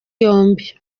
yombi